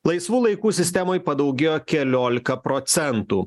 laisvų laikų sistemoj padaugėjo keliolika procentų